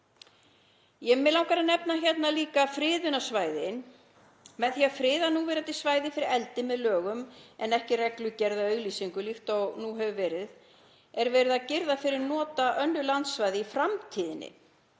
Mig langar að nefna hérna líka friðunarsvæðin. Með því að friða núverandi svæði fyrir eldi með lögum en ekki í reglugerð eða auglýsingu líkt og nú hefur verið er verið að girða fyrir það að nota önnur landsvæði í framtíðinni.